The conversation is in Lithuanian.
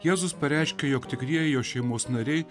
jėzus pareiškė jog tikrieji jo šeimos nariai